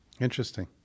Interesting